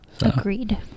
agreed